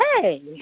hey